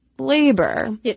labor